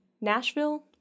Nashville